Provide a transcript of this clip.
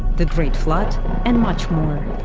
the great flood and much more.